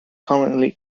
currently